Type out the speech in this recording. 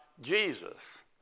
Jesus